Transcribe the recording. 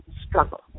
struggle